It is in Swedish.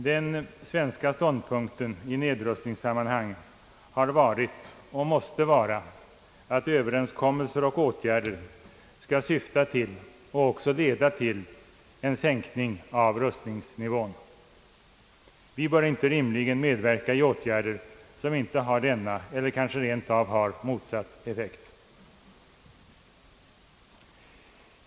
Den svenska ståndpunkten i nedrustningssammanhang har varit och måste vara att överenskommelser och åtgärder skall syfta till och också leda till en sänkning av rustningsnivån. Vi bör rimligen inte medverka i åtgärder som inte har denna eller som kanske rentav har motsatt effekt.